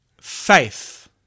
faith